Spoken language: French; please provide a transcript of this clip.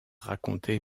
racontée